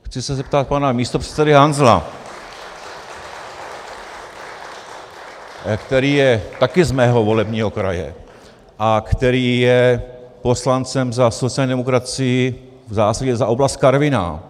Chci se zeptat pana místopředsedy Hanzela, který je taky z mého volebního kraje a který je poslancem za sociální demokracii, v zásadě za oblast Karviná.